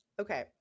Okay